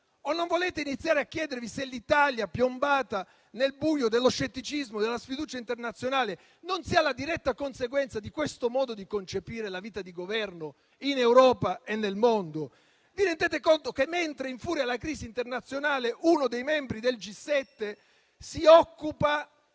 O non volete iniziare a chiedervi se il fatto che l'Italia sia piombata nel buio dello scetticismo e della sfiducia internazionale non sia la diretta conseguenza di questo modo di concepire la vita di governo in Europa e nel mondo? Vi rendete conto che, mentre infuria la crisi internazionale, uno dei membri del G7 si occupa